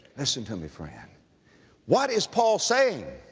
listen to me, friend. what is paul saying?